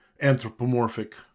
anthropomorphic